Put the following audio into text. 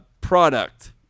product